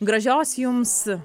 gražios jums